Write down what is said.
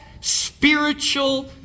spiritual